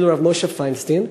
אפילו מהרב משה פיינשטיין,